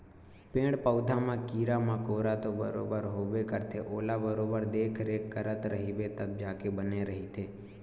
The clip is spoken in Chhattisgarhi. पेड़ पउधा म कीरा मकोरा तो बरोबर होबे करथे ओला बरोबर देखरेख करत रहिबे तब जाके बने रहिथे